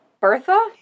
Bertha